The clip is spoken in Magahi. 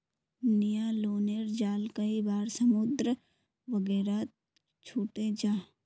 न्य्लोनेर जाल कई बार समुद्र वगैरहत छूटे जाह